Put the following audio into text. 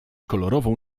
kolorową